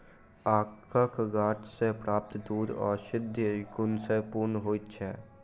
आकक गाछ सॅ प्राप्त दूध औषधीय गुण सॅ पूर्ण होइत छै